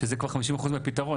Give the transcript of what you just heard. שזה כבר 50% מהפתרון.